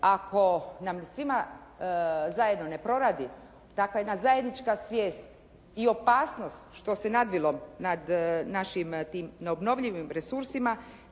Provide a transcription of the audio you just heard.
ako nam svima zajedno ne proradi dakle jedna zajednička svijest i opasnost što se nadvilo nad našim tim neobnovljivim resursima